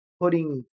putting